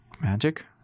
magic